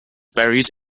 buried